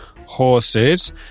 horses